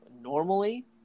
normally